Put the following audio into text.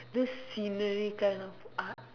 this scenery kind of art